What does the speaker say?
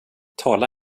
tala